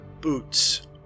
boots